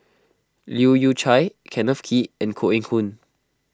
Leu Yew Chye Kenneth Kee and Koh Eng Hoon